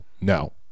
no